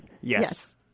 Yes